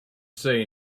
say